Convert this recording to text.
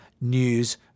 news